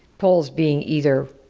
polls being either,